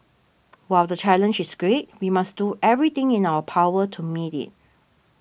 while the challenge is great we must do everything in our power to meet it